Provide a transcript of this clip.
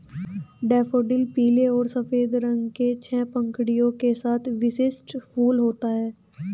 daffodil पीले और सफ़ेद रंग के छह पंखुड़ियों के साथ विशिष्ट फूल होते हैं